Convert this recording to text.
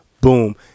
boom